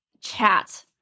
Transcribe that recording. chat